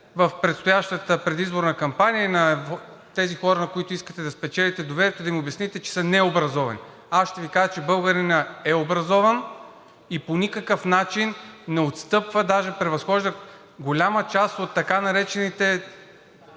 в предстоящата предизборна кампания и на тези хора, на които искате да спечелите доверието, да им обясните, че са необразовани. Аз ще Ви кажа, че българинът е образован и по никакъв начин не отстъпва, даже превъзхожда голяма част от така наречените